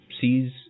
Sees